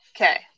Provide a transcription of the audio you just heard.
okay